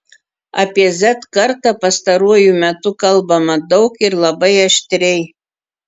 apie z kartą pastaruoju metu kalbama daug ir labai aštriai